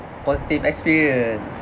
positive experience